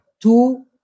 two